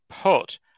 put